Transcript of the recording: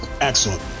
Excellent